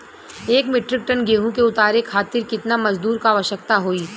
एक metric ton गेहूँ के उतारे खातीर कितना मजदूर क आवश्यकता होई?